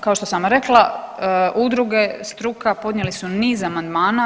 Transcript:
Kao što sam rekla udruge, struka podnijeli su niz amandmana.